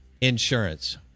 insurance